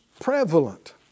prevalent